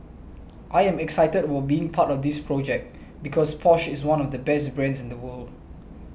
I am excited about being part of this project because Porsche is one of the best brands in the world